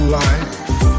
life